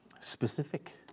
Specific